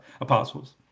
apostles